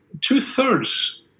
two-thirds